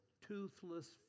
toothless